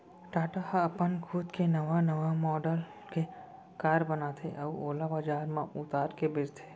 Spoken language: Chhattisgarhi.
टाटा ह अपन खुद के नवा नवा मॉडल के कार बनाथे अउ ओला बजार म उतार के बेचथे